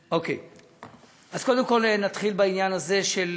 אוקיי, אז קודם כול נתחיל בעניין הזה של